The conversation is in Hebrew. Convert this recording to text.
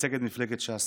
שמייצג את מפלגת ש"ס.